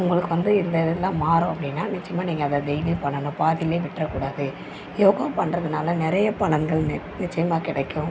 உங்களுக்கு வந்து இந்த இதெல்லாம் மாறும் அப்படின்னா நிச்சயமாக நீங்கள் அதை டெய்லியும் பண்ணணும் பாதியிலே விட்டுற கூடாது யோகா பண்ணுறதுனால நிறைய பலன்கள் நிச் நிச்சயமாக கிடைக்கும்